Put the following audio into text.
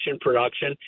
production